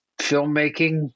filmmaking